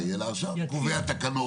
(היו"ר יוליה מלינובסקי) אני פותחת את הדיון.